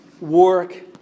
work